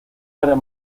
varias